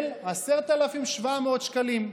של 10,700 שקלים,